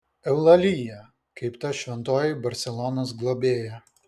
eulalija kaip ta šventoji barselonos globėja